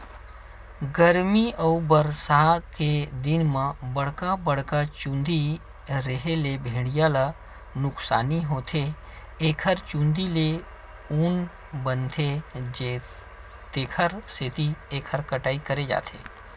गरमी अउ बरसा के दिन म बड़का बड़का चूंदी रेहे ले भेड़िया ल नुकसानी होथे एखर चूंदी ले ऊन बनथे तेखर सेती एखर कटई करे जाथे